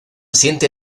siente